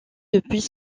depuis